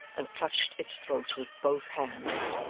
and clutched its throat with both hands.